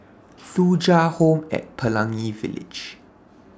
Thuja Home At Pelangi Village